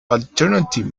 alternative